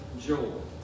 Joel